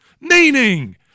Meaning